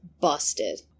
busted